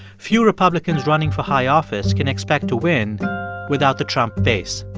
few republicans running for high office can expect to win without the trump base.